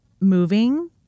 moving